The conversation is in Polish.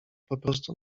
poprostu